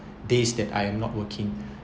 days that I am not working